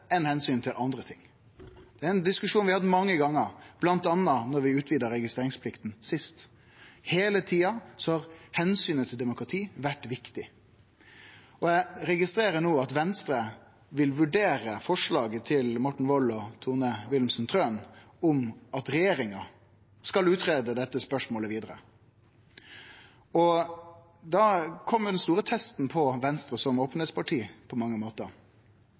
til andre ting? Det er ein diskusjon vi har hatt mange gonger, bl.a. da vi utvida registreringsplikta sist. Heile tida har omsynet til demokratiet vore viktig. Eg registrerer no at Venstre vil vurdere forslaget frå Morten Wold og Tone Wilhelmsen Trøen om at regjeringa skal greie ut dette spørsmålet vidare. Da kjem på mange måtar den store testen for Venstre som